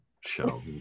show